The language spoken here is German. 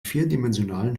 vierdimensionalen